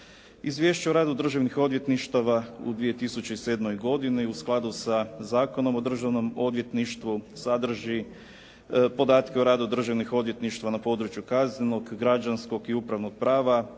Izvješće o radu Državnih odvjetništava u 2007. godini u skladu sa Zakonom o Državnom odvjetništvu sadrži podatke o radu državnih odvjetništva na području kaznenog, građanskog i upravnog prava,